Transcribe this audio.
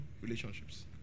relationships